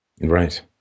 Right